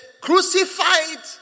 crucified